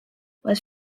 was